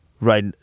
right